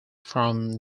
from